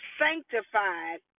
sanctified